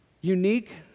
Unique